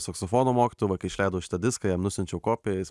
saksofono mokytoju va kai išleidau šitą diską jam nusiunčiau kopiją jis